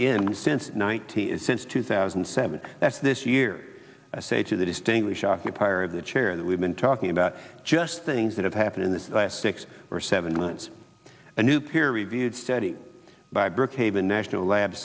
in since ninety is since two thousand and seven that's this year i say to the distinguish occupier of the chair that we've been talking about just things that have happened in the last six or seven months a new peer reviewed study by brookhaven national lab